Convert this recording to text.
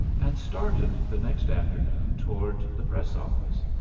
and started the next afternoon toward the press office.